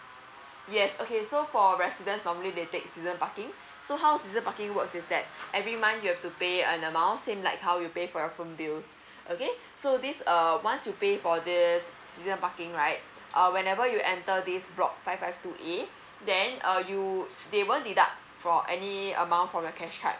yes okay so for residents normally they take season parking so how is season parking works is that every month you have to pay an amount same like how you pay for a phone bills so this uh once you pay for this season parking right uh whenever you enter this block five five two A then uh you they won't deduct from any amount from the cash card